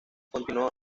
continuó